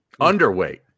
Underweight